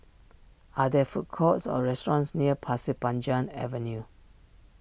are there food courts or restaurants near Pasir Panjang Avenue